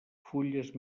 fulles